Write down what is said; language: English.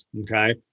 okay